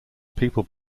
people